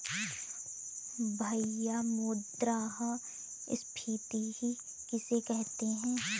भैया मुद्रा स्फ़ीति किसे कहते हैं?